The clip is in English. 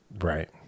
right